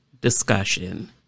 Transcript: discussion